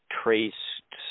traced